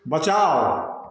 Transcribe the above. बचाओ